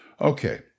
Okay